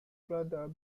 brother